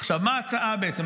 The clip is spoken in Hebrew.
מה ההצעה בעצם?